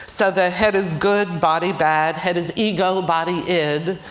so the head is good, body bad. head is ego, body id.